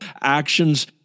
actions